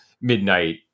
midnight